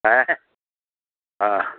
ಹಾಂ ಹಾಂ